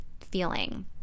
feeling